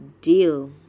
deal